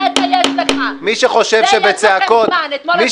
זה יש לכם זמן --- אני אגיד לכם משהו: מי